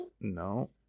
No